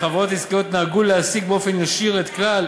חברות עסקיות נהגו להעסיק באופן ישיר את כלל